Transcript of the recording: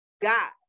God